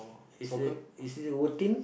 is it is it routine